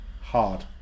hard